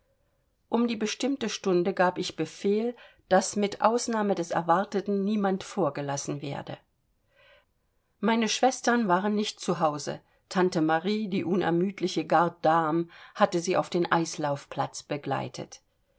um die bestimmte stunde gab ich befehl daß mit ausnahme des erwarteten niemand vorgelassen werde meine schwestern waren nicht zu hause tante marie die unermüdliche garde dame hatte sie auf den eislaufplatz begleitet